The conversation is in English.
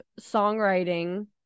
songwriting